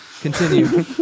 Continue